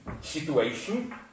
situation